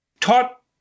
taught